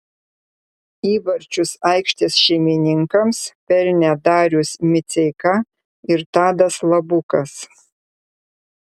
įvarčius aikštės šeimininkams pelnė darius miceika ir tadas labukas